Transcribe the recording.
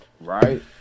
right